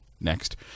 next